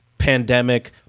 pandemic